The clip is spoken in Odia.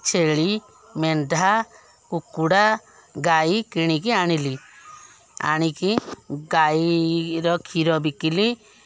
ଛେଳି ମେଣ୍ଢା କୁକୁଡ଼ା ଗାଈ କିଣିକି ଆଣିଲି ଆଣିକି ଗାଈର କ୍ଷୀର ବିକିଲି